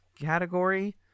category